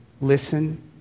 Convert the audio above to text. Listen